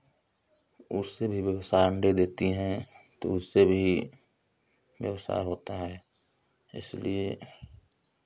उससे भी व्यवसाय अंडे देती है तो उससे भी व्यवसाय होता है इसलिए